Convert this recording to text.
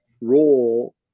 role